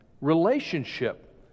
relationship